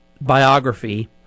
biography